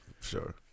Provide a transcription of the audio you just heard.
Sure